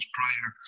prior